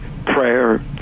prayer